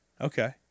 okay